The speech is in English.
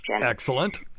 Excellent